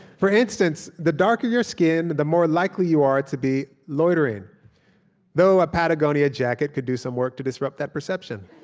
for instance, the darker your skin, the more likely you are to be loitering though a patagonia jacket could do some work to disrupt that perception.